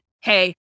hey